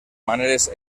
maneres